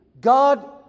god